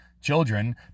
children